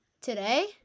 Today